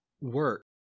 work